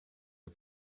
wir